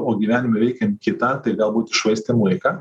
o gyvenime reikia imt kitą tai galbūt iššvaistėm laiką